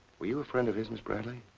were you a friend of his, miss bradley?